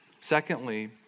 Secondly